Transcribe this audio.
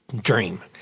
dream